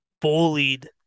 bullied